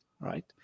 right